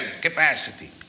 capacity